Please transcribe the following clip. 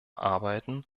arbeiten